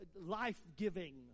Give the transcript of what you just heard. life-giving